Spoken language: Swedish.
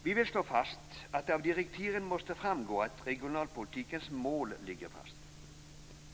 Vi vill slå fast att det av direktiven måste framgå att regionalpolitikens mål ligger fast.